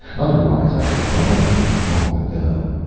otherwise i'd have caught up with you long ago.